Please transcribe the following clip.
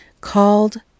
called